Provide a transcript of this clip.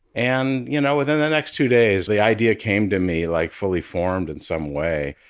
and you know within the next two days, the idea came to me like fully formed in some way.